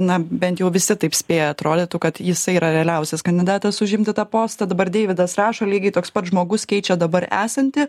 na bent jau visi taip spėja atrodytų kad jisai yra realiausias kandidatas užimti tą postą dabar deividas rašo lygiai toks pat žmogus keičia dabar esantį